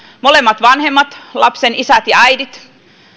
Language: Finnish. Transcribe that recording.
molemmat vanhemmat lapsen isät ja äidit